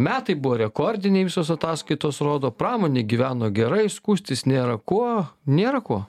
metai buvo rekordiniai visos ataskaitos rodo pramonė gyveno gerai skųstis nėra kuo nėra kuo